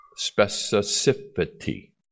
Specificity